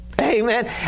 Amen